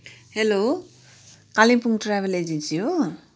hello Kalimpong travel agency हो